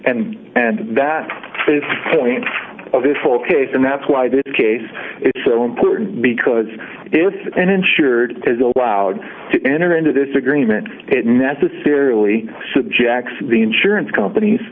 and and that point of this whole case and that's why the case is so important because if an insured has allowed to enter into this agreement it necessarily subjects the insurance companies